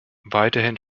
weiterhin